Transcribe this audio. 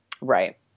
Right